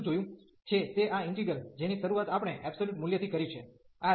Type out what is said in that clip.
તેથી આપણે શું જોયું છે તે આ ઈન્ટિગ્રલ જેની શરૂઆત આપણે એબ્સોલ્યુટ મૂલ્યથી કરી છે